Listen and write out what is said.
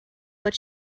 but